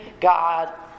God